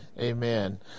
Amen